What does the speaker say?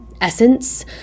essence